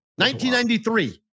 1993